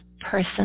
person